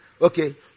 okay